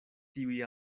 tiuj